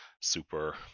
super